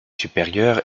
supérieure